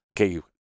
Okay